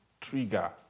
trigger